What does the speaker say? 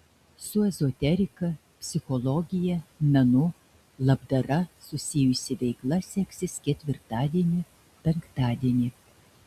su ezoterika psichologija menu labdara susijusi veikla seksis ketvirtadienį penktadienį